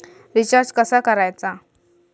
Recharge कसा करायचा?